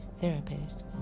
therapist